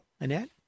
Annette